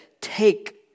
take